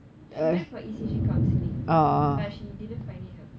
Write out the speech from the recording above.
she went for E_C_G counselling but she didn't find it helpful